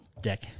deck